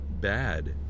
bad